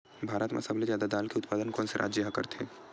भारत मा सबले जादा दाल के उत्पादन कोन से राज्य हा करथे?